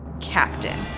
Captain